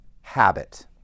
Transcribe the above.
habit